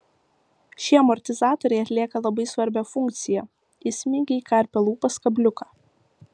šie amortizatoriai atlieka labai svarbią funkciją įsmeigia į karpio lūpas kabliuką